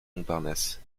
montparnasse